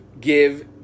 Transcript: give